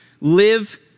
live